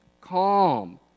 calm